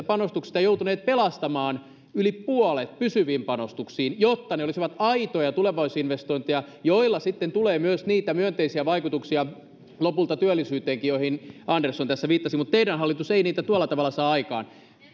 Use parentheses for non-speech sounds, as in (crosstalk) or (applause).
(unintelligible) panostuksistanne joutuneet pelastamaan yli puolet pysyviin panostuksiin jotta ne olisivat aitoja tulevaisuusinvestointeja joilla sitten tulee myös niitä myönteisiä vaikutuksia lopulta työllisyyteenkin mihin andersson tässä viittasi mutta teidän hallitus ei niitä tuolla tavalla saa aikaan